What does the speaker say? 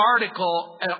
article